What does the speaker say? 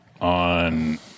on